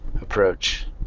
approach